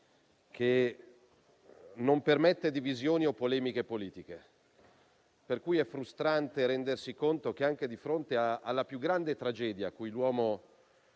che non permette divisioni o polemiche politiche. È frustrante rendersi conto che, anche di fronte alla più grande tragedia a cui l'uomo